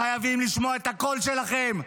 חייבים לשמוע את הקול שלכם.